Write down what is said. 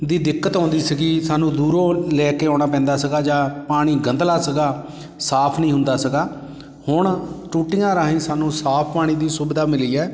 ਦੀ ਦਿੱਕਤ ਆਉਂਦੀ ਸੀਗੀ ਸਾਨੂੰ ਦੂਰੋਂ ਲੈ ਕੇ ਆਉਣਾ ਪੈਂਦਾ ਸੀਗਾ ਜਾਂ ਪਾਣੀ ਗੰਧਲਾ ਸੀਗਾ ਸਾਫ ਨਹੀਂ ਹੁੰਦਾ ਸੀਗਾ ਹੁਣ ਟੂਟੀਆਂ ਰਾਹੀਂ ਸਾਨੂੰ ਸਾਫ ਪਾਣੀ ਦੀ ਸੁਵਿਧਾ ਮਿਲੀ ਹੈ